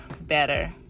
better